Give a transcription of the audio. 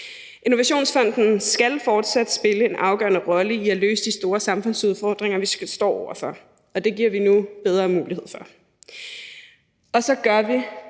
Innovationsfonden skal fortsat spille en afgørende rolle i at løse de store samfundsudfordringer, vi står over for, og det giver vi nu bedre mulighed for. Og så giver vi